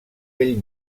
bell